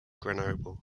grenoble